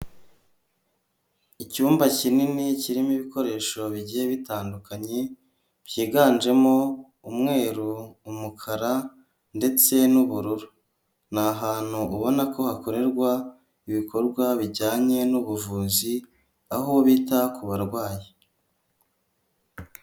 Icyumba kinini kirimo ibikoresho bigiye bitandukanye, byiganjemo umweru umukara ndetse n'ubururu, ni ahantu ubona ko hakorerwa ibikorwa bijyanye n'ubuvuzi, aho bita ku barwayi.